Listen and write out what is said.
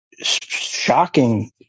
Shocking